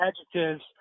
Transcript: adjectives